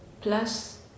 plus